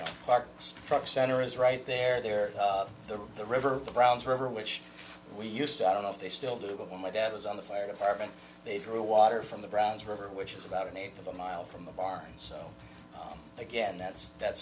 know clark's truck center is right there there are the river browns river which we used to i don't know if they still do but when my dad was on the fire department they threw water from the browns river which is about an eighth of a mile from the barn so again that's that